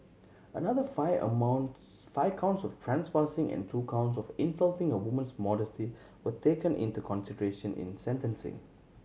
another five amounts five counts of trespassing and two counts of insulting a woman's modesty were taken into consideration in sentencing